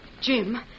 Jim